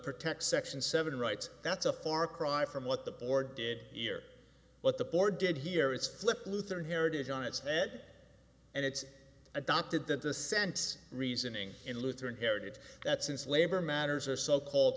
protect section seven rights that's a far cry from what the board did hear what the board did here is flip lutheran heritage on its head and it's adopted the dissents reasoning in lutheran heritage that since labor matters or so called